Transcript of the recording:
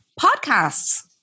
Podcasts